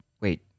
wait